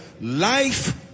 life